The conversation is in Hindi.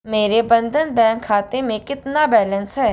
मेरे बंधन बैंक खाते में कितना बैलेंस है